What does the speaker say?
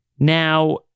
Now